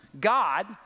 God